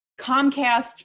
Comcast